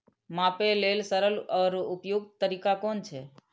मापे लेल सरल आर उपयुक्त तरीका कुन छै?